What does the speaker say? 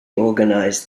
organized